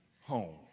home